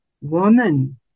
woman